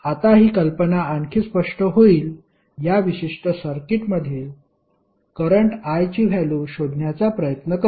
आता ही कल्पना आणखी स्पष्ट होईल या विशिष्ट सर्किटमधील करंट I ची व्हॅल्यु शोधण्याचा प्रयत्न करू